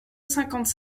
cinquante